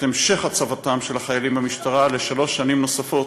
המשך הצבתם של החיילים במשטרה לשלוש שנים נוספות,